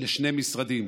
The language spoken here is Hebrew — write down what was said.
לשני משרדים.